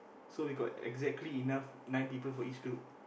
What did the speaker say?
so we got exactly enough nine people for each group